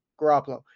Garoppolo